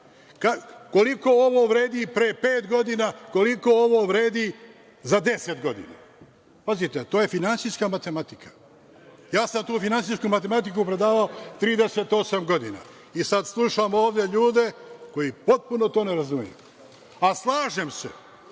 Koliko ovo vredi pre pet godina, koliko ovo vredi za deset godina? Pazite, to je finansijska matematika. Ja sam tu finansijsku matematiku predavao 38 godina i sad slušam ovde ljude koji potpuno to ne razumeju. A, slažem se